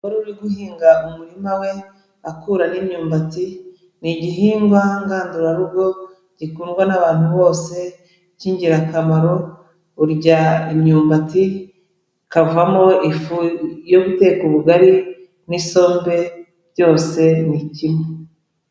Uwaruri guhinga umurima we akuramo imyumbati; ni igihingwa ngandurarugo gikundwa n'abantu bose k'ingirakamaro. Urya imyumbati, ikavamo ifu yo guteka ubugari n'isombe, byose ni kmwe.